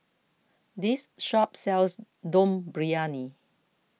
this shop sells Dum Briyani